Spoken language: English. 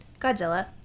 Godzilla